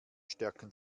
stärken